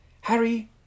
Harry